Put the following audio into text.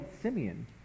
Simeon